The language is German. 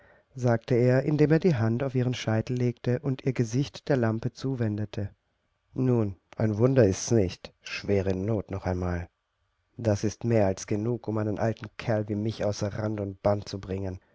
sagte er indem er die hand auf ihren scheitel legte und ihr gesicht der lampe zuwendete nun ein wunder ist's nicht schwerenot noch einmal das ist mehr als genug um einen alten kerl wie mich außer rand und band zu bringen